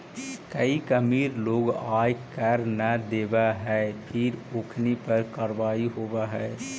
कईक अमीर लोग आय कर न देवऽ हई फिर ओखनी पर कारवाही होवऽ हइ